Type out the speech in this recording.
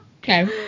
Okay